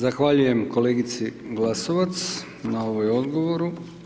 Zahvaljujem kolegici Glasovac na ovom odgovoru.